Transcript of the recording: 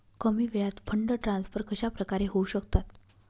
कमी वेळात fund transfer कशाप्रकारे होऊ शकतात?